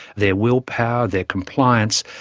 their willpower, their compliance,